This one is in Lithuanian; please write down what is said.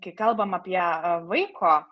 kai kalbam apie vaiko